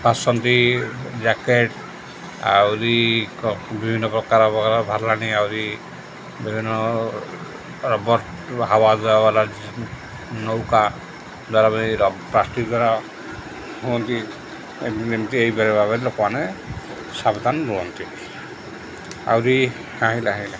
ଆସନ୍ତି ଜ୍ୟାକେଟ୍ ଆହୁରି ବିଭିନ୍ନପ୍ରକାର ପ୍ରକାର ବାହାରିଲାଣି ଆହୁରି ବିଭିନ୍ନ ରବର ହାୱା ଦେବାବାଲା ନୌକା ଦ୍ୱାରା ବି ଏ ପ୍ଲାଷ୍ଟିକ୍ ଦ୍ୱାରା ହୁଅନ୍ତି ଏମିତି ଏମିତି ଏହିପରି ଭାବରେ ଲୋକମାନେ ସାବଧାନ ରୁହନ୍ତି ଆହୁରି ହୋଇଗଲା ହୋଇଗଲା